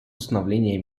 установления